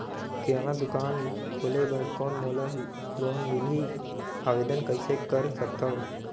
किराना दुकान खोले बर कौन मोला लोन मिलही? आवेदन कइसे कर सकथव?